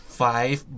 five